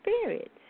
spirit